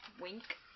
wink